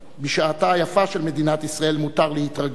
בשעתה היפה של מדינת ישראל מותר להתרגש,